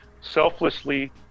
selflessly